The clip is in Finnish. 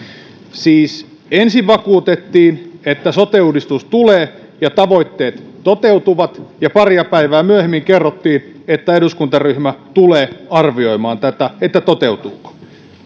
siis ensin vakuutettiin että sote uudistus tulee ja tavoitteet toteutuvat ja pari päivää myöhemmin kerrottiin että eduskuntaryhmä tulee arvioimaan tätä että toteutuuko